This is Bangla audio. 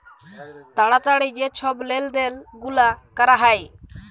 তাড়াতাড়ি যে ছব লেলদেল গুলা ক্যরা হ্যয়